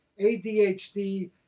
ADHD